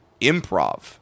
improv